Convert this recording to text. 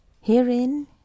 Herein